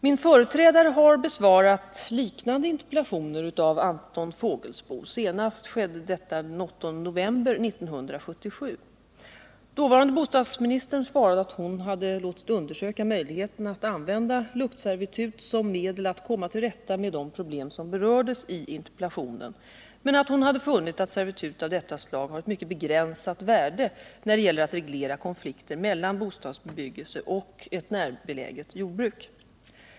Min företrädare har besvarat liknande interpellationer av Anton Fågelsbo. Senast skedde detta den 8 november 1977. Dåvarande bostadsministern svarade då att hon hade låtit undersöka möjligheten att använda luktservitut som medel att komma till rätta med de problem som berördes i interpella Nr 30 tionen men att hon hade funnit att servitut av detta slag har ett mycket begränsat värde när det gäller att reglera konflikter mellan bostadsbebyggelse och ett närbeläget jordbruk.